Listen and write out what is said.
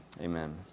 amen